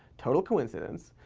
total coincidence.